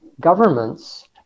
governments